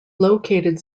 located